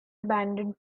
abandoned